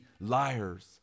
liars